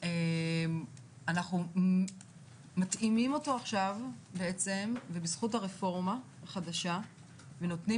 אנחנו מתאימים אותו עכשיו ובזכות הרפורמה החדשה נותנים